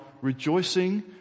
rejoicing